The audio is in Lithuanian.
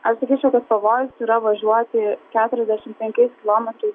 atsakyčiau kad pavojus yra važiuoti keturiasdešimt penkiais kilometrais